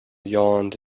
yawned